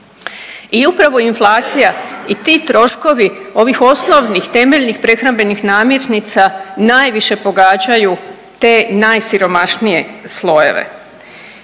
I upravo inflacija i ti troškovi ovih osnovnih temeljnih prehrambenih namirnica najviše pogađaju te najsiromašnije slojeve.